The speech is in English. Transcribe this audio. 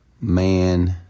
man